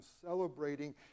celebrating